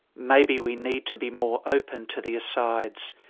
maybe we need to be more open to the asides,